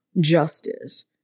justice